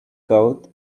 code